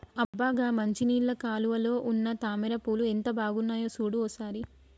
అబ్బ గా మంచినీళ్ళ కాలువలో ఉన్న తామర పూలు ఎంత బాగున్నాయో సూడు ఓ సారి